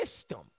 system